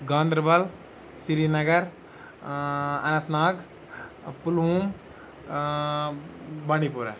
گانٛدَربَل سریٖنگر ٲں اننت ناگ پُلووٗم ٲں بانٛڈی پورہ